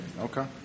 Okay